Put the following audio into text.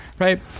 Right